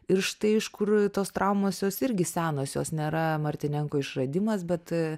ir štai iš kur tos traumos jos irgi senosios nėra martinenko išradimas bet